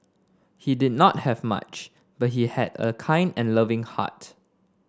he did not have much but he had a kind and loving heart